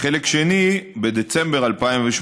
וחלק שני, בדצמבר 2018,